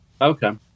Okay